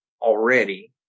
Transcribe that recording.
already